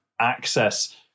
access